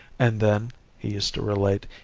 and then he used to relate,